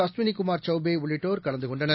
அஸ்வினிகுமார் சௌபேஉள்ளிட்டோர் கலந்துகொண்டனர்